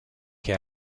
che